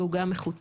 והוא גם איכותי.